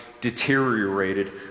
deteriorated